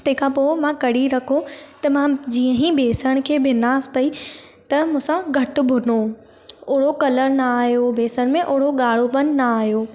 तंहिंखां पोइ मां कढ़ी रखो त मां जीअं ई बेसण खे भिनास पई त मूसां घटि भूनो ओर उहो कलर न आयो बेसन में और उहो गाड़ो पन ना आयो